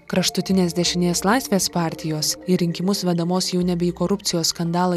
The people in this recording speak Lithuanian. kraštutinės dešinės laisvės partijos į rinkimus vedamos jau nebe į korupcijos skandalą